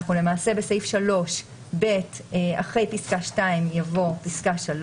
אנחנו למעשה בסעיף 3(ב) אחרי פסקה (2) תבוא פסקה (3)